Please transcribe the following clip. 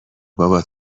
بابا